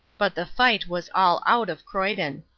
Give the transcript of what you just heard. but the fight was all out of croyden.